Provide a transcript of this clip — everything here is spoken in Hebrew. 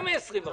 לא, יותר מ-20%.